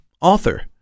author